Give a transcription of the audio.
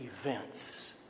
events